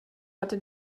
hatte